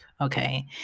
okay